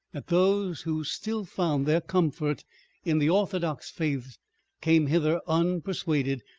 that those who still found their comfort in the orthodox faiths came hither unpersuaded,